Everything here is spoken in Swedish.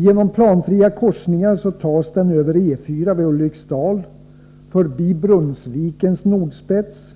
Genom planfria korsningar tas spåret över E 4:an vid Ulriksdal, förbi Brunnsvikens nordspets,